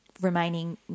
remaining